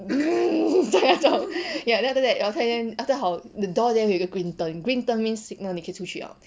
这样在做 ya then after that hor 他在那边 after that 好 the door there 有一个 green 灯 green 灯 means signal 你可以出去 liao